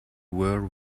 were